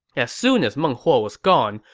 as soon as meng huo was gone,